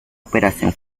operación